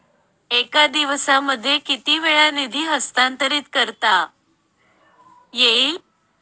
एका दिवसामध्ये किती वेळा निधी हस्तांतरीत करता येईल?